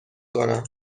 کنم